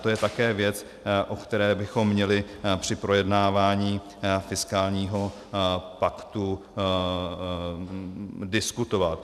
To je také věc, o které bychom měli při projednávání fiskálního paktu diskutovat.